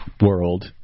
world